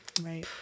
right